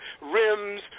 rims